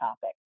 topic